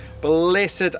Blessed